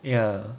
ya